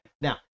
Now